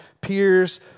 peers